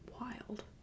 Wild